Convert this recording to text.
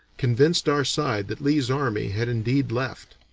convinced our side that lee's army had indeed left.